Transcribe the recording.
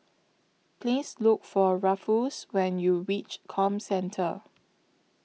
Please Look For Ruffus when YOU REACH Comcentre